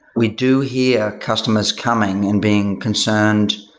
we do hear customers coming and being concerned